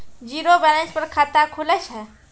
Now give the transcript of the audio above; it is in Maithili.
जीरो बैलेंस पर खाता खुले छै?